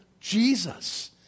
Jesus